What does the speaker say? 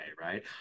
right